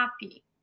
happy